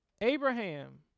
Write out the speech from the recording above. Abraham